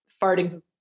farting